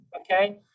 Okay